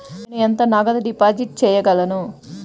నేను ఎంత నగదు డిపాజిట్ చేయగలను?